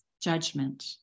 judgment